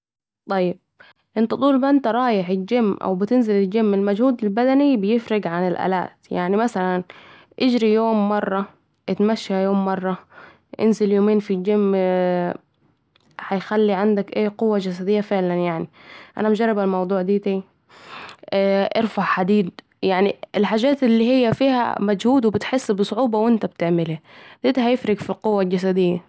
طيب أنت طول ما أنت رايح الجيم أو بتنزل الجيم المجهود البدني بيفرق عن الالات يعني مثلاً اجري يوم مره... اتمشي يوم مره و انزل يومين في الجيم هيخلي عندك قوة جسديه فعلا يعني أنا مجربه الموضوع ديتي ، ارفع حديد ،يعني الحاجات الي هي فيها مجهود و بتحس بصعوبة وأنت بتعملها ، ديتي هيفرق في القوه الجسديه